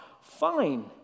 fine